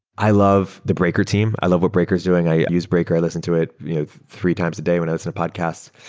i love the breaker team. i love what breaker is doing. i use breaker. i listen to it you know three times a day when i listen to podcasts.